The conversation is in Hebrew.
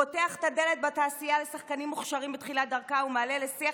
פותח את הדלת בתעשייה לשחקנים מוכשרים בתחילת דרכם ומעלה לשיח